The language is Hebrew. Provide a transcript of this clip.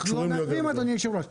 אנחנו לא מעכבים, אדוני היושב-ראש.